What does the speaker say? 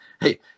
hey